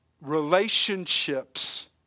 Relationships